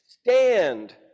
stand